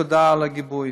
תודה על הגיבוי,